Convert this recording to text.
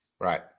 Right